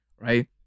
right